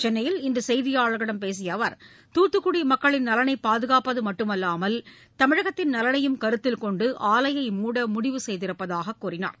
சென்னையில் இன்று செய்தியாளர்களிடம் பேசிய அவர் தூத்துக்குடி மக்களின் நலனை பாதுகாப்பது மட்டுமல்லாமல் தமிழகத்தின் நலனையும் கருத்தில் கொண்டு ஆலையை மூட முடிவு செய்திருப்பதாக கூறினார்